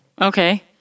Okay